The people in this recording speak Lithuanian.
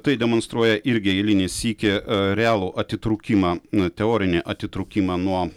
tai demonstruoja irgi eilinį sykį realų atitrūkimą teorinį atitrūkimą nuo